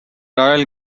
royal